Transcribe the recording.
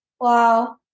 Wow